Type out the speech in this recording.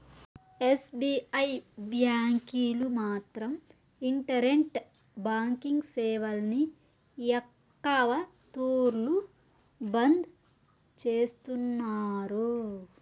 SBI బ్యాంకీలు మాత్రం internet banking సేవల్ని ఎక్కవ తూర్లు బంద్ చేస్తున్నారు